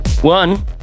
One